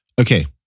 Okay